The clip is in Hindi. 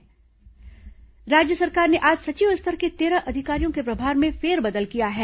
फेरबदल राज्य सरकार ने आज सचिव स्तर के तेरह अधिकारियों के प्रभार में फेरबदल किया है